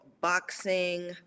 Boxing